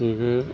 बेबो